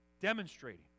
demonstrating